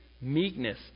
meekness